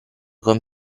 con